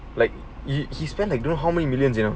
like he he spent like don't know how many millions you know